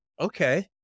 Okay